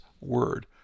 Word